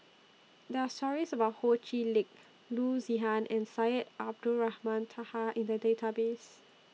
There Are stories about Ho Chee Lick Loo Zihan and Syed Abdulrahman Taha in The Database